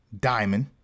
diamond